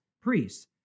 priests